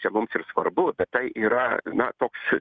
čia mums ir svarbu tai yra na toks